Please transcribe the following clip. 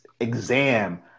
exam